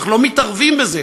אנחנו לא מתערבים בזה.